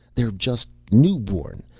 they're just newborn.